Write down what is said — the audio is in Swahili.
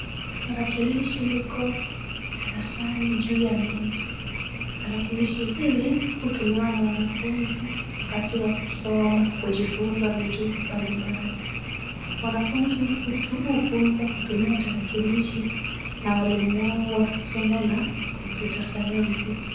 Tarakilishi liko darasani juu ya meza. Tarakilishi hili hutumiwa na wanafunzi wakati wa kusoma, kujifunza vitu mbalimbali. Wanafunzi hufunzwa kutumia tarakilishi, na walimu wao wa somo la kompyuta sayansi.